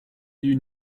you